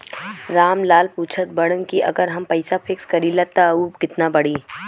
राम लाल पूछत बड़न की अगर हम पैसा फिक्स करीला त ऊ कितना बड़ी?